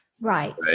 Right